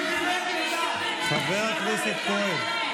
תתביישו לכם,